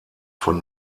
von